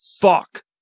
fuck